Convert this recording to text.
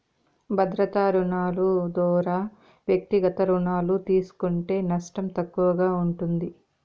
భద్రతా రుణాలు దోరా వ్యక్తిగత రుణాలు తీస్కుంటే నష్టం తక్కువగా ఉంటుంది